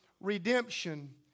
redemption